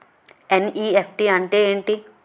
NEFT అంటే ఎంటి?